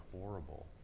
horrible